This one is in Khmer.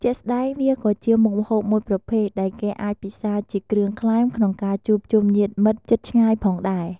ជាក់ស្ដែង វាក៏ជាមុខម្ហូបមួយប្រភេទដែលគេអាចពិសាជាគ្រឿងក្លែមក្នុងការជួបជុំញាតិមិត្តជិតឆ្ងាយផងដែរ។